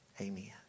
Amen